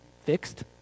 fixed